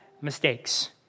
mistakes